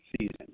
season